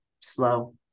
slow